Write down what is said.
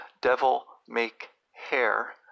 Devil-make-hair